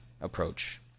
approach